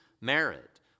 merit